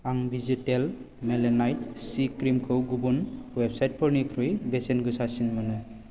आं विजितेल मेलानाइट सि क्रिमखौ गुबुन वेबसाइटफोरनिख्रुइ बेसेन गोसासिन मोनो